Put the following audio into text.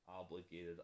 obligated